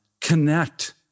connect